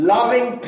Loving